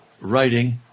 writing